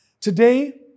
Today